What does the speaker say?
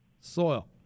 soil